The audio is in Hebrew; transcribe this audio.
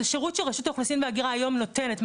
זה שירות שרשות האוכלוסין וההגירה היום נותנת,